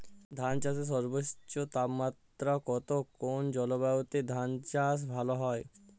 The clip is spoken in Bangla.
ধান চাষে সর্বোচ্চ তাপমাত্রা কত কোন জলবায়ুতে ধান চাষ ভালো হয়?